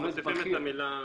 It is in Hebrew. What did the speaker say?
אנחנו מוסיפים את המילה "בכיר"